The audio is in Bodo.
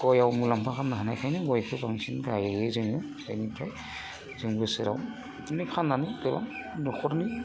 गयाव मुलाम्फा खालामनो हानायखायनो गयखो बांसिन गायो जों इनिफ्राय जों बोसोराव बिदिनो खालामनानै गोबां न'खरनि